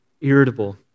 irritable